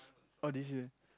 oh this year